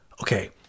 okay